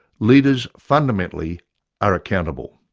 leaders fundamentally are accountable.